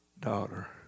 daughter